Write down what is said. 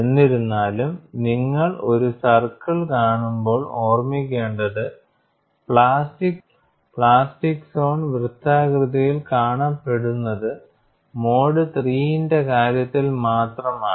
എന്നിരുന്നാലും നിങ്ങൾ ഒരു സർക്കിൾ കാണുമ്പോൾ ഓർമ്മിക്കേണ്ടത് പ്ലാസ്റ്റിക് സോൺ വൃത്താകൃതിയിൽ കാണപ്പെടുന്നത് മോഡ് III ന്റെ കാര്യത്തിൽ മാത്രം ആണ്